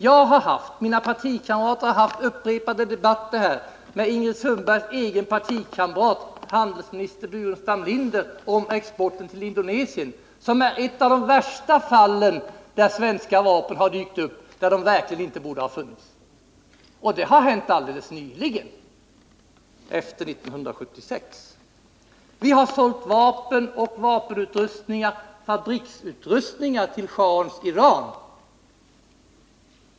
Jag och mina partikamrater har fört upprepade debatter här med Ingrid Sundbergs partikamrat, handelsministern Burenstam Linder, om exporten till Indonesien. Det är ett av de värsta fallen då svenska vapen har dykt upp där de verkligen inte borde ha funnits. Och det har hänt alldeles nyligen — efter 1976. Vi har sålt vapen, vapenutrustning och fabriksutrustning till schahens Iran.